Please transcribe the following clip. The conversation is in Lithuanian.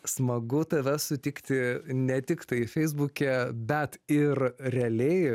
smagu tave sutikti ne tiktai feisbuke bet ir realiai